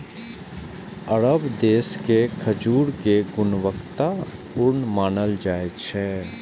अरब देश के खजूर कें गुणवत्ता पूर्ण मानल जाइ छै